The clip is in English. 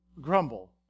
grumble